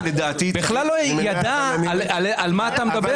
בכלל לא ידע על מה אתה מדבר.